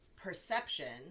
perception